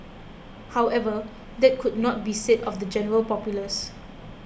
however that could not be said of the general populace